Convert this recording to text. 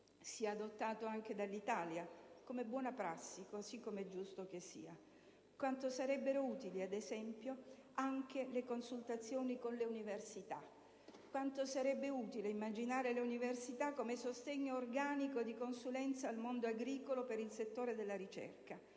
sia adottato anche dall'Italia come buona prassi, così come è giusto che sia. Quanto sarebbero utili, per esempio, anche le consultazioni con le università: quanto sarebbe utile immaginare le università come sostegno organico di consulenza al mondo agricolo per il settore della ricerca.